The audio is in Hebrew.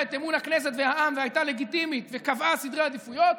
את אמון הכנסת והעם והייתה לגיטימית וקבעה סדר עדיפויות,